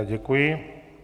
Děkuji.